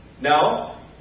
now